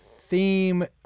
theme